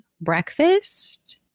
Breakfast